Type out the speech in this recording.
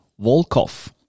Volkov